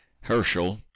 herschel